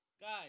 guys